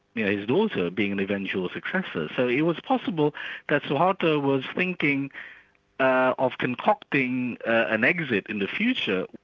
yeah his daughter, being an eventual successor. so it was possible that suharto was thinking of concocting an exit in the future,